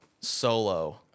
Solo